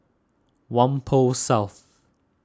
Whampoa South